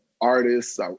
artists